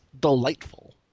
delightful